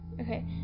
Okay